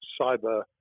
cyber